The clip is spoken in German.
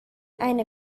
eine